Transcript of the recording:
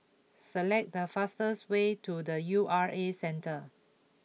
select the fastest way to the U R A Centre